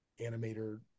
animator